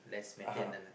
uh !huh!